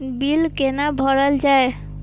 Bill कैना भरल जाय?